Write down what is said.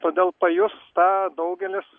todėl pajus tą daugelis